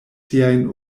siajn